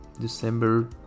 december